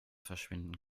verschwinden